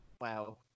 Wow